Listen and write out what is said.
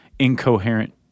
incoherent